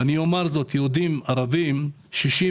ואני אומר זאת, יהודים-ערבים 60%-40%,